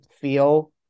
feel